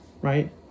right